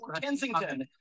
Kensington